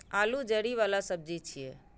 आलू जड़ि बला सब्जी छियै